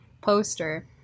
poster